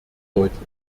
deutlich